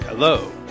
Hello